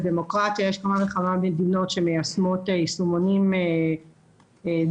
לדמוקרטיה יש כמה וכמה מדינות שמיישמות יישומונים דומים,